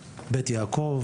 זה גם חלק מתפקידה,